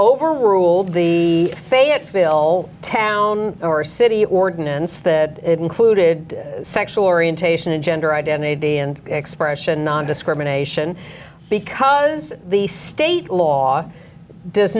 overruled the fayetteville ten or a city ordinance that included sexual orientation and gender identity and expression nondiscrimination because the state law does